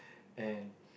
and